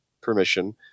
permission